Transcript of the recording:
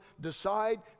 decide